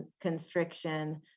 constriction